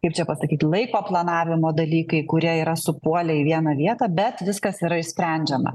kaip čia pasakyti laiko planavimo dalykai kurie yra supuolę į vieną vietą bet viskas yra išsprendžiama